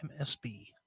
MSB